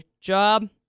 job